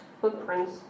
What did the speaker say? footprints